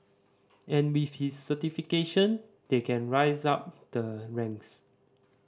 and with his certification they can rise up the ranks